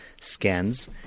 scans